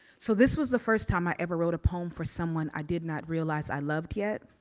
so this was the first time i ever wrote a poem for someone i did not realize i loved yet,